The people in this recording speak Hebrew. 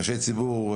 אנשי ציבור,